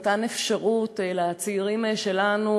מתן אפשרות לצעירים שלנו,